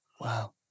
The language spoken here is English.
Wow